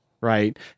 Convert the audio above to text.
right